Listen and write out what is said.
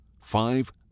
five